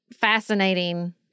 fascinating